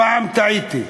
הפעם טעיתי.